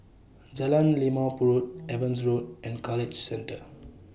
Jalan Limau Purut Evans Road and College Center